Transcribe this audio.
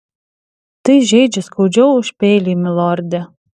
tai žeidžia skaudžiau už peilį milorde